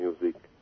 music